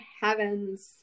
heavens